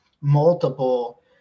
multiple